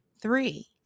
Three